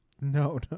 no